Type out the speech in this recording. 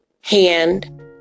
hand